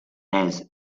has